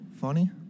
funny